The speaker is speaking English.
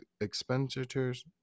expenditures